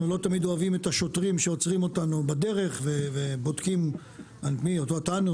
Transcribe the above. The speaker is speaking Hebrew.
אנחנו לא תמיד אוהבים את השוטרים שעוצרים אותנו בדרך ובודקים אותנו,